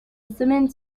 semaine